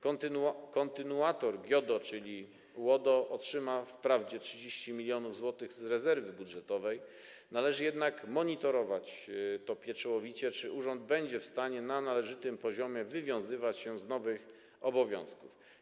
Kontynuator GIODO, czyli UODO, otrzyma wprawdzie 30 mln zł z rezerwy budżetowej, należy jednak monitorować pieczołowicie, czy urząd będzie w stanie na należytym poziomie wywiązywać się z nowych obowiązków.